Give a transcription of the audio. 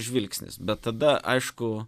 žvilgsnis bet tada aišku